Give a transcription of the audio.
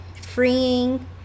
freeing